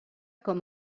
com